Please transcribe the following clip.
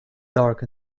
dark